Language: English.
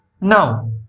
now